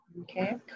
okay